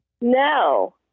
No